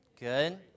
Good